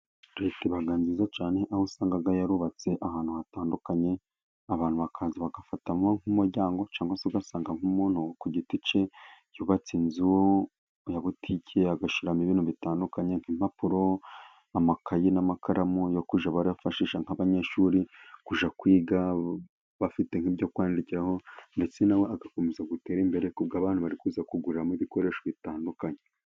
Leta iba nziza cyane, aho usanga yarubatse ahantu hatandukanye, abantu bakaza bagafatamo nk'umuryango. Cyangwa se, ugasanga nk'umuntu ku giti cye yubatse inzu ya butike ye, agashyiramo ibintu bitandukanye, nk'impapuro, amakayi n'amakaramu, byo kujya bifashishwa n'abanyeshuri bajya kwiga bafite ibyo kwandikiraho. Kandi nawe agakomeza gutera imbere, abantu bari kuza kuguramo ibikoresho bitandukanye.